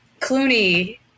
Clooney